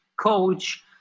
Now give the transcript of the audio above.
coach